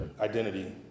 identity